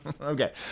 Okay